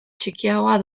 txikiagoa